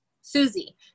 Susie